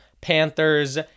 Panthers